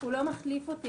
הוא לא מחליף אותי,